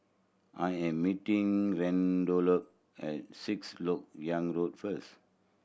I am meeting Randolph at Sixth Lok Yang Road first